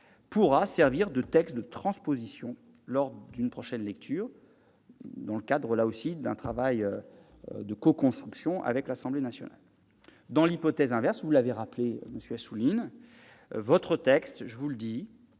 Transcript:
pourra servir de texte de transposition lors d'une prochaine lecture, dans le cadre d'un travail de coconstruction avec l'Assemblée nationale. Dans l'hypothèse inverse, vous l'avez indiqué, monsieur Assouline, votre texte nous aiderait